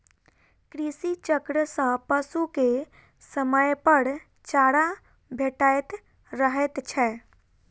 कृषि चक्र सॅ पशु के समयपर चारा भेटैत रहैत छै